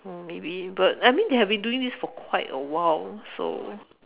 oh maybe but I mean they have been doing this for quite a while so